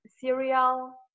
cereal